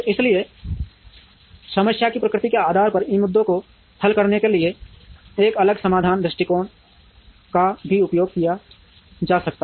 इसलिए समस्या की प्रकृति के आधार पर इन मुद्दों को हल करने के लिए एक अलग समाधान दृष्टिकोण का भी उपयोग किया जा सकता है